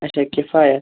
اچھا کیفایت